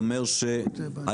זאת אומרת,